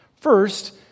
First